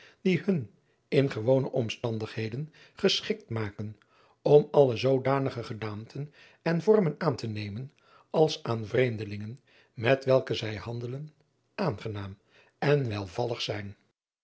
die hun in gewone omstandigheden geschikt maken om alle zoodanige gedaanten en vormen aan te nemen als aan vreemdelingen met welke zij handelen aangenaam en welgevallig zijn